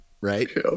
Right